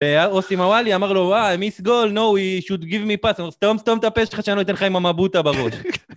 או סימוואלי אמר לו, וואי, מיס גול, לא, הוא צריך לתת לי פס, אמר, סתום סתום ת'פה ש'ך, שאני לא אתן לך עם המבוטה בראש.